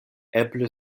eble